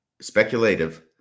Speculative